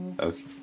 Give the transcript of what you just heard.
Okay